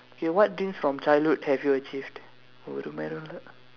K what dreams from childhood have you achieved ஒரு மயிரும் இல்ல:oru mayirum illa